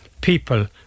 people